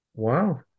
Wow